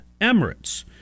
Emirates